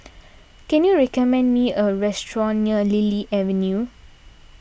can you recommend me a restaurant near Lily Avenue